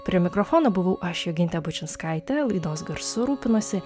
prie mikrofono buvau aš jogintė bučinskaitė laidos garsu rūpinosi